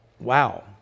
wow